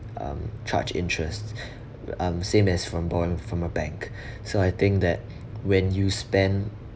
um charge interests um same as from bond from a bank so I think that when you spend